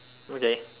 okay